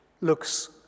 looks